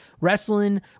Wrestling